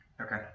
Okay